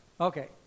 Okay